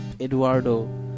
Eduardo